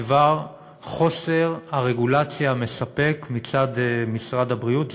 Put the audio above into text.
בדבר חוסר רגולציה מספקת מצד משרד הבריאות.